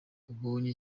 ubonye